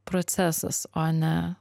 procesas o ne